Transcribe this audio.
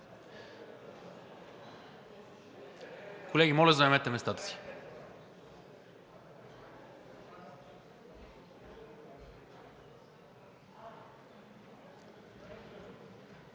Колеги, моля, заемете местата си.